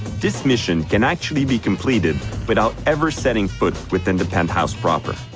this mission can actually be completed without ever setting foot within the penthouse proper,